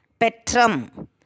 Petram